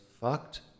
fucked